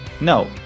no